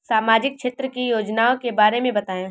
सामाजिक क्षेत्र की योजनाओं के बारे में बताएँ?